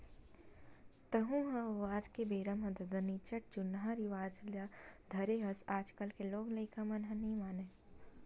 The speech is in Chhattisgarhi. तँहू ह ओ आज के बेरा म ददा निच्चट जुन्नाहा रिवाज ल धरे हस आजकल के लोग लइका मन ह नइ मानय